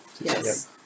Yes